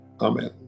amen